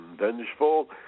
vengeful